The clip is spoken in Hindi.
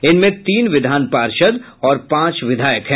इनमें तीन विधान पार्षद और पांच विधायक है